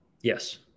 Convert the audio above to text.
Yes